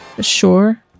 Sure